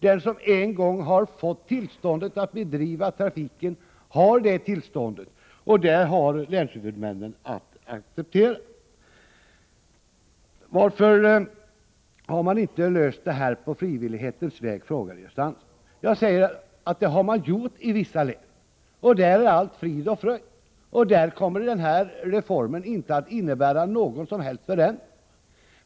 Den som en gång har fått tillstånd att bedriva trafik har detta tillstånd — och det får länshuvudmännen acceptera. Varför har man inte löst detta problem på frivillighetens väg, frågade Gösta Andersson. Det har man gjort i vissa län, och där är allt frid och fröjd. Där kommer denna reform inte att innebära någon som helst förändring.